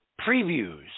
previews